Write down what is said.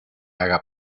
haga